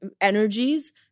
energies